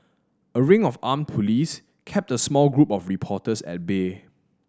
a ring of armed police kept a small group of reporters at bay